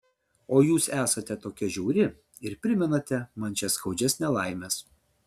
o jūs esate tokia žiauri ir primenate man šias skaudžias nelaimes